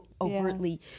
overtly